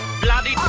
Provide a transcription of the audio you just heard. Bloody